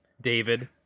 David